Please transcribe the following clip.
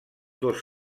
dos